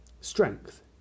Strength